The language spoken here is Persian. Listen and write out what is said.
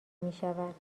میشود